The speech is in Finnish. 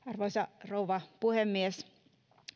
arvoisa rouva puhemies